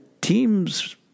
team's